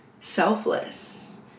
selfless